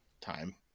time